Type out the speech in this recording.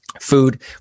Food